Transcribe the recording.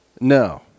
No